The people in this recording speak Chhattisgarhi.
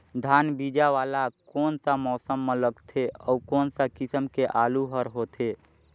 धान बीजा वाला कोन सा मौसम म लगथे अउ कोन सा किसम के आलू हर होथे?